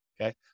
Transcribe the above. okay